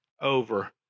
over